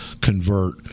convert